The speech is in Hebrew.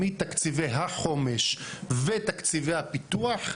מתקציבי החומש ותקציבי הפיתוח,